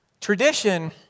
Tradition